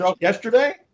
yesterday